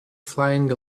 flying